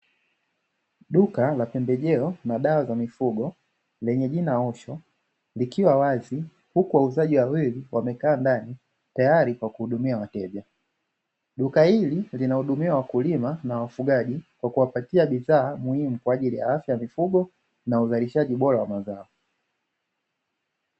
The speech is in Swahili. Duka la pembejeo na dawa za mifugo lenye jina "OSHO", likiwa wazi huku wauzaji wawili wamekaa ndani tayari kwa kuhudumia wateja. Duka hili linahudumia wakulima na wafugaji kwa kuwapatia bidhaa muhimu kwa ajili ya afya ya mifugo na uzalishaji bora wa mazao.